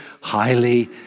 highly